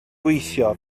gweithio